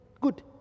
good